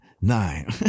nine